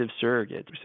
surrogate